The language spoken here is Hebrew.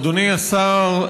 אדוני השר,